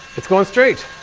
it's going straight!